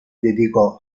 dedicò